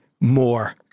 more